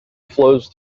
flows